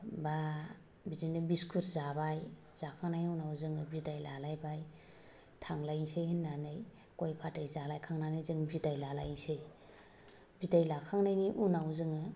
बा बिदिनो बिस्कुट जाबाय जाखांनाय उनाव बिदाय लालायबाय थांलायसै होन्नानै गय फाथै जानानै जों बिदाय लालायनोसै बिदाय लाखांनायनि उनाव जोङो